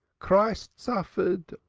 christ suffered.